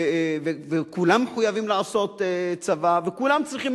וכולם מחויבים לעשות צבא וכולם צריכים,